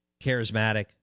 charismatic